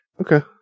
Okay